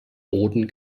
boden